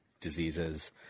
diseases